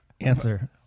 Answer